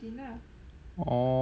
orh